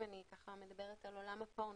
אם אני מדברת על עולם הפורנו,